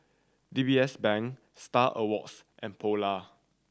D B S Bank Star Awards and Polar